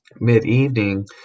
mid-evening